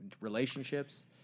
relationships